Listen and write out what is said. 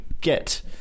get